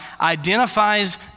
identifies